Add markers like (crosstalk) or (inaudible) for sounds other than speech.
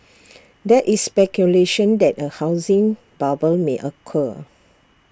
(noise) there is speculation that A housing bubble may occur